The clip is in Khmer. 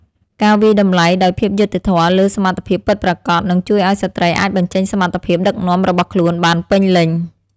ការវាយតម្លៃដោយភាពយុត្តិធម៌លើសមត្ថភាពពិតប្រាកដនឹងជួយឱ្យស្ត្រីអាចបញ្ចេញសមត្ថភាពដឹកនាំរបស់ខ្លួនបានពេញលេញ។